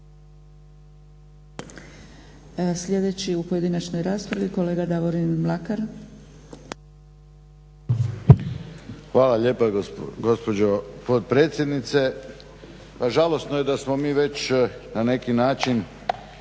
Sljedeći u pojedinačnoj raspravi kolega Davorin Mlakar.